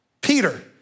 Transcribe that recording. Peter